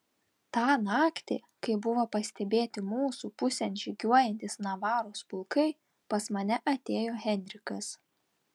tą naktį kai buvo pastebėti mūsų pusėn žygiuojantys navaros pulkai pas mane atėjo henrikas